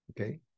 Okay